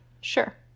Sure